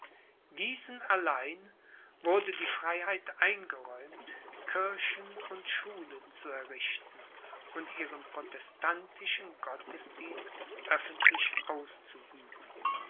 diesen allein wurde die freiheit eingeräumt kirchen und schulen zu errichten und ihren protestantischen gottesdienst öffentlich auszuüben